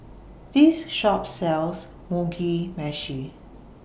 This Shop sells Mugi Meshi